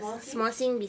small sink